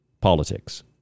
politics